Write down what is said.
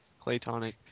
Claytonic